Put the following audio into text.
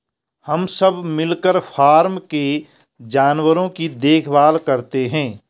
हम सब मिलकर फॉर्म के जानवरों की देखभाल करते हैं